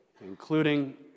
including